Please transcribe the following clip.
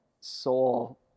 soul